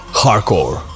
hardcore